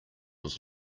was